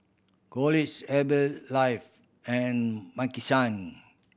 Herbalife and Maki San